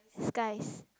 skies